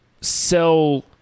sell